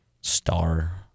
star